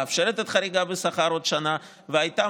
מאפשרת חריגה בשכר עוד שנה והייתה